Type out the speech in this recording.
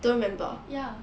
ya